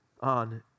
on